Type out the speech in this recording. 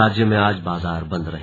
राज्य में आज बाजार बंद रहे